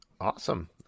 awesome